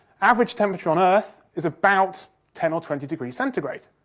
average temperature on earth is about ten or twenty degrees centigrade.